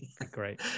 Great